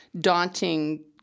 daunting